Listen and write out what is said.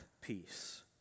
peace